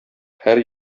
һәр